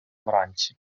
вранці